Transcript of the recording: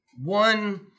one